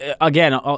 again